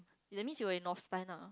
ya that means you were in lah